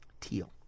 Teal